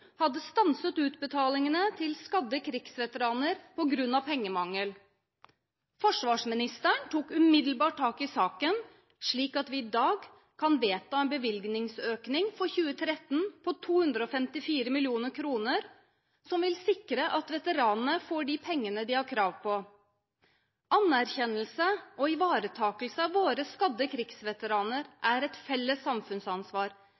hadde stanset utbetalingene til skadde krigsveteraner på grunn av pengemangel. Forsvarsministeren tok umiddelbart tak i saken, slik at vi i dag kan vedta en bevilgningsøkning for 2013 på 254 mill. kr, som vil sikre at veteranene får de pengene de har krav på. Anerkjennelse og ivaretakelse av våre skadde krigsveteraner er et felles samfunnsansvar.